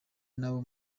n’abo